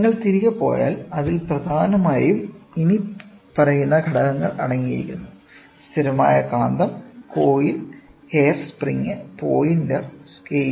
നിങ്ങൾ തിരികെ പോയാൽ അതിൽ പ്രധാനമായും ഇനിപ്പറയുന്ന ഘടകങ്ങൾ അടങ്ങിയിരിക്കുന്നു സ്ഥിരമായ കാന്തം coil hair spring pointer scale